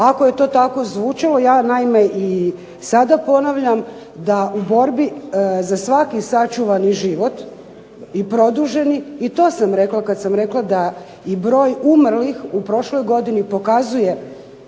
ako je to tako zvučalo ja naime i sada ponavljam da u borbi za svaki sačuvani život i produženi, i to sam rekla kad sam rekla da i broj umrlih u prošloj godini pokazuje